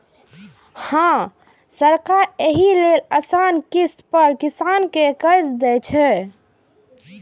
हां, सरकार एहि लेल आसान किस्त पर किसान कें कर्ज दै छै